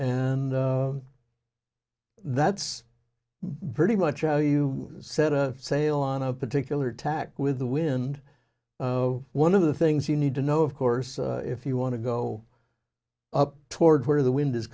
and that's pretty much oh you set a sail on a particular tack with the wind one of the things you need to know of course if you want to go up towards where the wind is